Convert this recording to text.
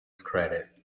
credit